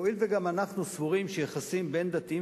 הואיל וגם אנחנו סבורים שיחסים בין דתיים